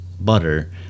butter